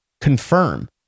confirm